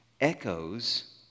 echoes